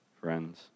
friends